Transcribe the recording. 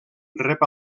rep